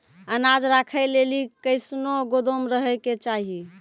अनाज राखै लेली कैसनौ गोदाम रहै के चाही?